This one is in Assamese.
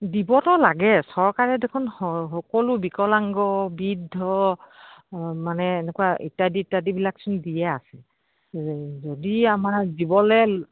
দিবতো লাগে চৰকাৰে দেখোন সকলো বিকলাংগ বৃদ্ধ মানে এনেকুৱা ইত্যাদি ইত্যাদি বিলাকচোন দিয়ে আছে যদি আমাৰ দিবলে